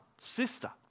sister